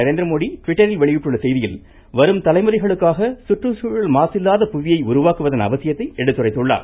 நரேந்திரமோடி ட்விட்டரில் வெளியிட்டுள்ள செய்தியில் வரும் தலைமுறைகளுக்காக சுற்றுச்சூழல் மாசில்லாத புவியை உருவாக்குவதின் அவசியத்தை எடுத்துரைத்துள்ளார்